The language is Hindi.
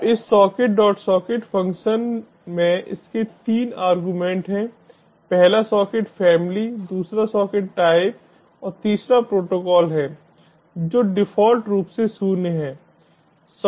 तो इस socketsocket फ़ंक्शन में इसके तीन आर्गुमेंट हैं पहला सॉकेटफैमिली दूसरा सॉकेट टाइप है और तीसरा प्रोटोकॉल है जो डिफ़ॉल्ट रूप से शून्य है